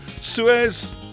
Suez